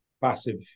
Passive